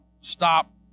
stop